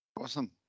Awesome